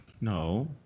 No